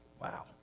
Wow